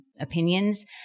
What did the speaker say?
opinions